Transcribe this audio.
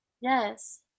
Yes